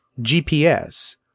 GPS